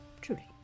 Truly